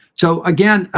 so, again,